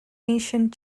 ancient